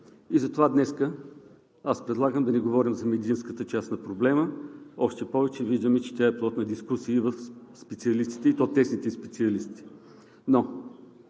Затова аз предлагам да не говорим за медицинската част на проблема, още повече виждаме, че тя е плод на дискусии от специалистите, и то тесните специалисти.